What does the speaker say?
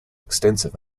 extensive